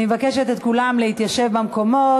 אני מבקשת מכולם להתיישב במקומות.